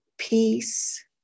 peace